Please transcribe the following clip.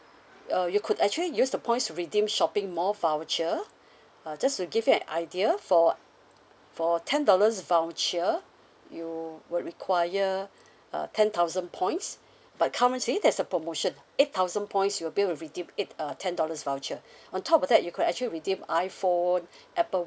uh you could actually use the points to redeem shopping mall voucher uh just to give you an idea for for ten dollars voucher you will require uh ten thousand points but currently there's a promotion eight thousand points you'll be able to redeem eight uh ten dollars voucher on top of that you could actually redeem iphone apple